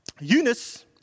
Eunice